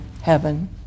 heaven